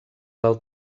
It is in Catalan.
del